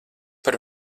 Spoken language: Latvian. par